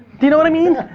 do you know what i mean?